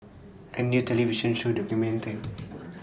A New television Show documented